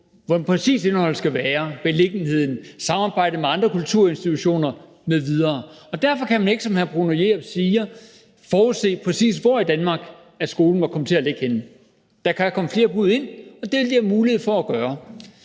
hvordan indholdet præcis skal være, beliggenheden, samarbejdet med andre kulturinstitutioner m.v., og derfor kan man ikke, som hr. Bruno Jerup siger, forudse, hvor i Danmark skolen præcis måtte komme til at ligge henne. Der kan komme flere bud ind, og det vil der være mulighed for at gøre.